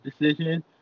decision